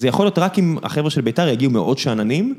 זה יכול להיות רק אם החבר'ה של בית״ר יגיעו מאוד שאננים.